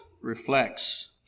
reflects